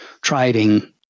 trading